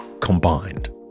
combined